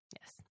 Yes